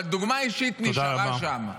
אבל דוגמה אישית נשארה שם.